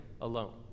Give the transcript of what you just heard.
alone